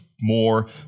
more